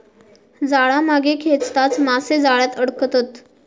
जाळा मागे खेचताच मासे जाळ्यात अडकतत